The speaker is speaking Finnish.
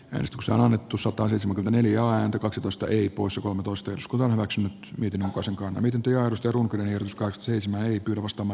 kristus on annettu sataseitsemänkymmentäneljä ääntä kaksitoista ey pois omituista jos kuvan hyväksymä mietin onko se mukaan miten työllisty runtelee uskoi sysmän ostama